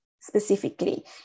specifically